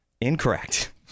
Incorrect